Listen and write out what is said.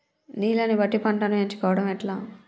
నీళ్లని బట్టి పంటను ఎంచుకోవడం ఎట్లా?